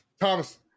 Thomas